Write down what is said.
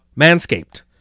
Manscaped